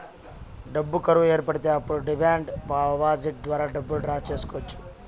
డబ్బు కరువు ఏర్పడితే అప్పుడు డిమాండ్ డిపాజిట్ ద్వారా డబ్బులు డ్రా చేసుకోవచ్చు